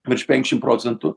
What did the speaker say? virš penkiašim procentų